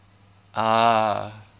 ah